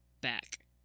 back